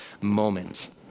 moment